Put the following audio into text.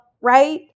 right